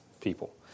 people